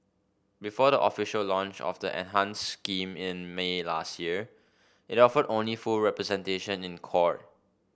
before the official launch of the enhanced scheme in May last year it offered only full representation in court